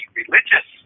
religious